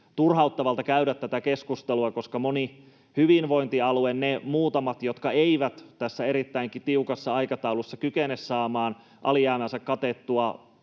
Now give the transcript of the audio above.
turhauttavalta käydä tätä keskustelua, koska monella hyvinvointialueella, niillä muutamalla, jotka eivät tässä erittäinkin tiukassa aikataulussa kykene saamaan katettua